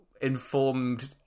Informed